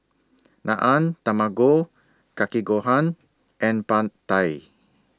Naan Tamago Kake Gohan and Pad Thai